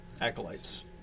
Acolytes